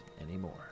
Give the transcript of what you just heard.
anymore